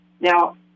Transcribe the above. Now